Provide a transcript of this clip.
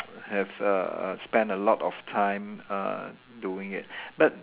have a a spend a lot of time uh doing it but